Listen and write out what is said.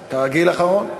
כרגיל, אחרון.